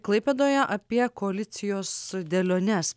klaipėdoje apie koalicijos dėliones